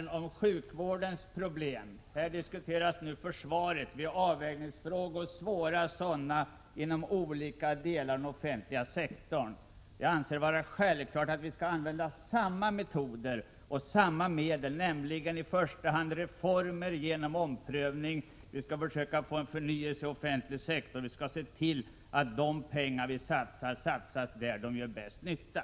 en diskussion om sjukvårdens problem. Nu diskuteras här försvaret. Bådadera innebär svåra avvägningsfrågor inom den offentliga sektorn. Jag anser det vara självklart att vi skall använda samma metoder och samma medel, nämligen i första hand reformer genom omprövning. Vi skall försöka få en förnyelse av offentlig sektor och se till att de pengar vi satsar satsas där de gör bäst nytta.